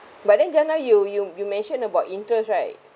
but then just now you you you mention about interest right